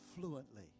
fluently